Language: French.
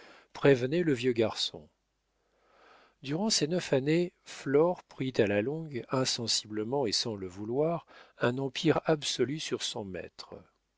prévenaient le vieux garçon durant ces neuf années flore prit à la longue insensiblement et sans le vouloir un empire absolu sur son maître